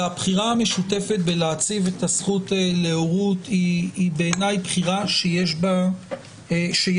הבחירה המשותפת בלהציב את הזכות להורות היא בעיניי בחירה שיש בה מסר.